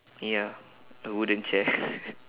ya a wooden chair